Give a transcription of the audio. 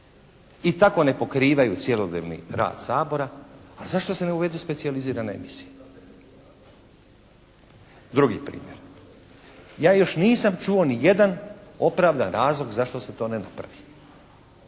I tako ne pokrivaju cjelodnevni rad Sabora a zašto se ne uvedu specijalizirane emisije? Drugi primjer. Ja još nisam čuo ni jedan opravdan razlog zašto se to ne napravi.